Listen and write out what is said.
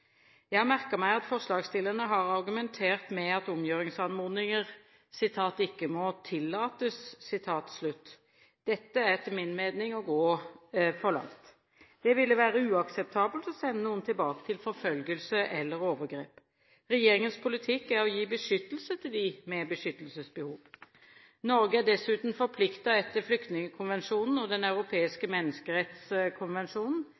Jeg har merket meg at forslagsstillerne har argumentert med at omgjøringsanmodninger «ikke må tillates.» Dette er etter min mening å gå for langt. Det ville være uakseptabelt å sende noen tilbake til forfølgelse eller overgrep. Regjeringens politikk er å gi beskyttelse til dem med beskyttelsesbehov. Norge er dessuten forpliktet etter flyktningkonvensjonen og Den